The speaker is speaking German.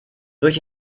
durch